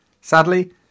Sadly